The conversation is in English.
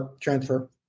transfer